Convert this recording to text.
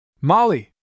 Molly